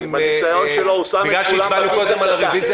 --- אני מבקש התייעצות, אדוני היושב-ראש.